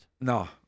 No